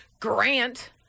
Grant